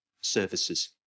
services